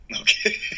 okay